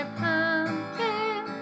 pumpkin